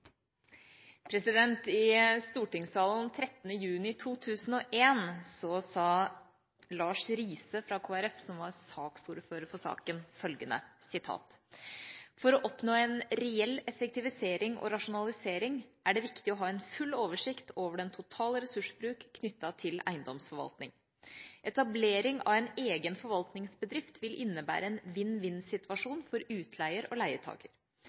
8. I stortingssalen 13. juni 2001 sa Lars Rise fra Kristelig Folkeparti – han var ordfører for saken – følgende: «For å oppnå en reell effektivisering og rasjonalisering er det viktig å ha en full oversikt over den totale ressursbruk knyttet til eiendomsforvaltning. Etablering av en egen forvaltningsbedrift vil innebære en «win-win»-situasjon for utleier og leietaker.